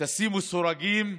תשימו סורגים,